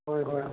ꯍꯣꯏ ꯍꯣꯏ